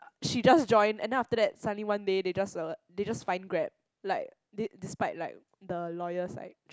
she does join and then after that suddenly one day they just uh they just fine Grab like they despite like the lawyers like